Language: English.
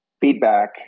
feedback